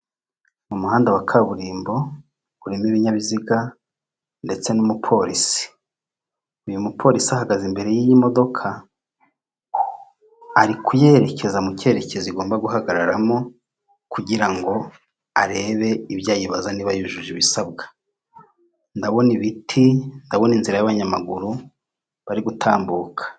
Umuhanda wa kaburimbo urimo ibinyabiziga ndetse n'umupolisi uyu mupolisi ahagaze imbere y'iyimodoka ari kuyerekeza mu cyerekezo igomba guhagararamo kugirango ngo arebe ibyo ayibaza niba yujuje ibisabwa ndabona ibiti ndabona inzira y'abanyamaguru bari gutambuka .